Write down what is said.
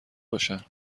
باشن